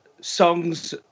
songs